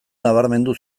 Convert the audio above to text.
nabarmendu